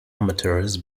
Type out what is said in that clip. amateurs